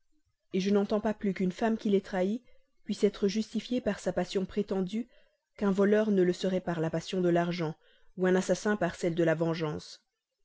modestie je n'entends pas plus qu'une femme qui les trahit puisse être justifiée par sa passion prétendue qu'un voleur ne le serait par la passion de l'argent ou un assassin par celle de la vengeance